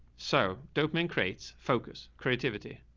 so dope man crates focus creativity.